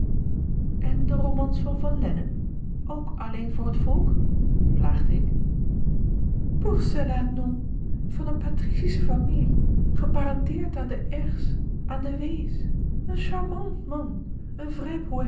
en de romans van van lennep ook alleen voor het volk plaagde ik pour cela non van eene patricische familie geparenteerd aan de r's aan de w's een charmant man